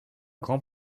grands